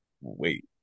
wait